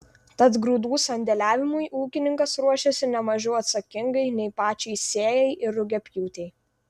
tad grūdų sandėliavimui ūkininkas ruošiasi ne mažiau atsakingai nei pačiai sėjai ir rugiapjūtei